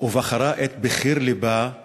ובחרה את בחיר לבה מירדן.